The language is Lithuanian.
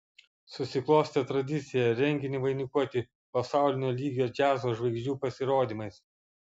susiklostė tradicija renginį vainikuoti pasaulinio lygio džiazo žvaigždžių pasirodymais